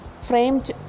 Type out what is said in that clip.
framed